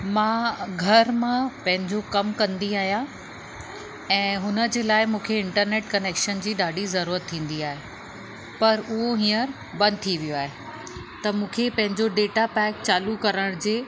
मां घर मां पंहिंजो कमु कंदी आहियां ऐं हुनजे लाइ मूंखे इंटरनेट कनेक्शन जी ॾाढी ज़रूरत थींदी आहे पर उहो हींअर बंदि थी वियो आहे त मूंखे पंहिंजो डेटा पैक चालू करण जे